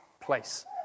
place